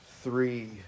three